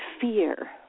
fear